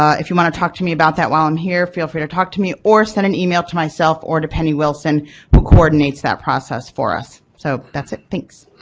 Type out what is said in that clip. ah if you wanna talk to me about that while i'm here, feel free to talk to me or send an e-mail to myself or to penny wilson who coordinates that process for us. so that's it, thanks.